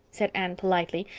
said anne politely,